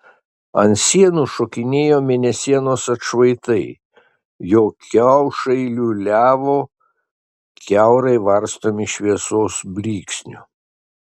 ant sienų šokinėjo mėnesienos atšvaitai jo kiaušai liūliavo kiaurai varstomi šviesos blyksnių